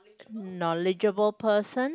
knowledgeable person